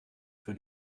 für